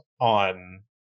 on